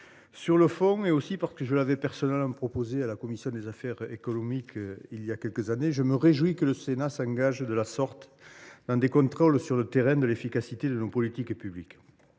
Sur le fond – je l’avais d’ailleurs personnellement proposé à la commission des affaires économiques il y a quelques années –, je me réjouis que le Sénat s’engage de la sorte dans des contrôles sur le terrain de l’efficacité de nos politiques publiques.